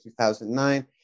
2009